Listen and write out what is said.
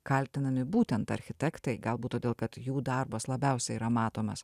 kaltinami būtent architektai galbūt todėl kad jų darbas labiausiai yra matomas